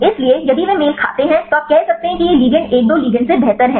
इसलिए यदि वे मेल खाते हैं तो आप कह सकते हैं कि यह लिगैंड एक दो लिगैंड से बेहतर है